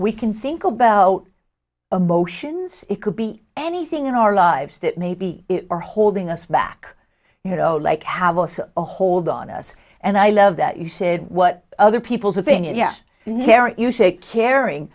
we can think about emotions it could be anything in our lives that maybe are holding us back you know like have a hold on us and i love that you said what other people's opinion yeah you say caring